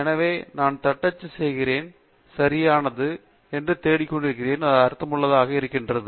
எனவே நான் தட்டச்சு செய்கிறேன் எனவே சரியானது நான் தேடிக்கொண்டிருக்கிறேன் அது அர்த்தமுள்ளதாக இருக்கிறது